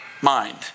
mind